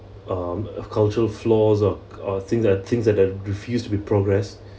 um cultural flaws or or things uh things that are refused to be progressed